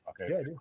okay